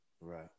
Right